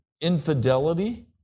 infidelity